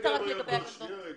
רגע.